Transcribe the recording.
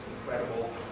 incredible